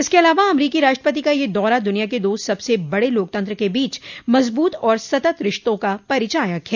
इसके अलावा अमरीकी राष्ट्रपति का यह दौरा दुनिया के दो सबसे बड़े लोकतंत्र के बीच मजबूत और सतत रिश्तों का परिचायक है